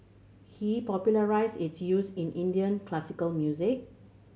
he popularised its use in Indian classical music